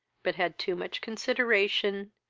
but had too much consideration,